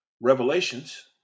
Revelations